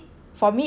for me